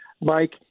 Mike